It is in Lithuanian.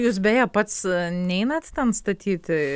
jūs beje pats neinat ten statyti